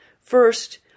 First